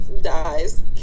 dies